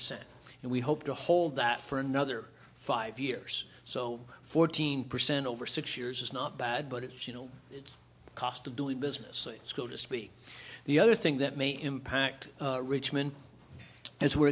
cent and we hope to hold that for another five years so fourteen percent over six years is not bad but it's you know it's a cost of doing business so it's go to speak the other thing that may impact richmond as we're